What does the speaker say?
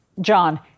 John